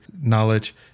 knowledge